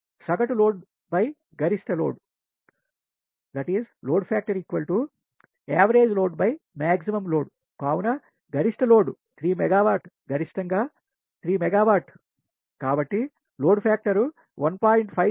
గరిష్ట load factor సగటు load గరిస్ట లోడ్ కావున గరిస్ట లోడ్ 3 మెగావాట్ గరిష్టంగా 3 మెగావాట్ కాబట్టి లోడ్ ఫాక్ట్వర్ 1